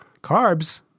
Carbs